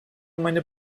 meine